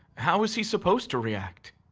how was he supposed to react?